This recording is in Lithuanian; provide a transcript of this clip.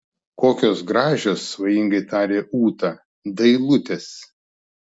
kokios gražios svajingai tarė ūta dailutės